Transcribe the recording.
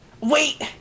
Wait